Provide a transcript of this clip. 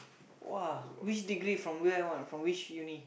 !wah! which degree from where [one] from which uni